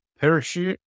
parachute